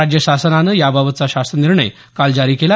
राज्य शासनालं याबाबतचा शासन निर्णय काल जारी केला